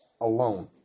alone